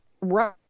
right